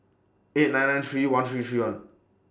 eight nine nine three one three three one